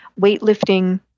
weightlifting